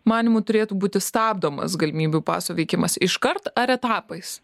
manymu turėtų būti stabdomas galimybių paso veikimas iškart ar etapais